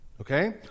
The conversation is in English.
Okay